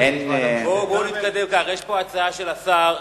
בואו נתקדם כך: יש פה הצעה של השר,